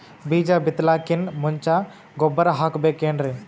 ಬೀಜ ಬಿತಲಾಕಿನ್ ಮುಂಚ ಗೊಬ್ಬರ ಹಾಕಬೇಕ್ ಏನ್ರೀ?